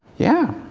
yeah,